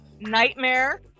Nightmare